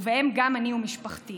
ובהם גם אני ומשפחתי.